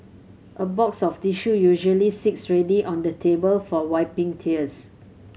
a box of tissue usually sits ready on the table for wiping tears